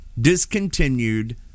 discontinued